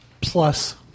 Plus